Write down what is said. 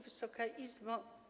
Wysoka Izbo!